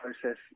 process